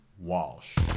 Walsh